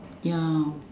ya